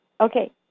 Okay